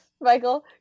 Michael